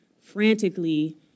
frantically